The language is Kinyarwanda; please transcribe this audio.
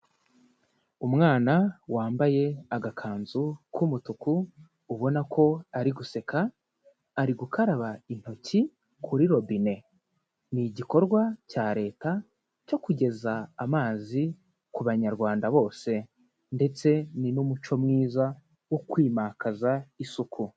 Umwana wambaye agakanzu k'umutuku ubona ko ari guseka, ari gukaraba intoki kuri robine, ni igikorwa cya Leta cyo kugeza amazi ku Banyarwanda bose, ndetse ni n'umuco mwiza wo kwimakaza isuku.